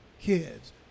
kids